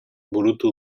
burutu